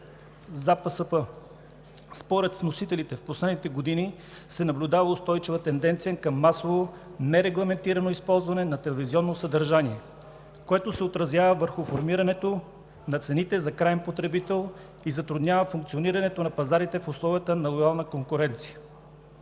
права. Според вносителите в последните години се наблюдава устойчива тенденция към масово нерегламентирано използване на телевизионно съдържание, което се отразява върху формирането на цените за краен потребител и затруднява функционирането на пазарите в условията на лоялна конкуренция.